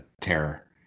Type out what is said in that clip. terror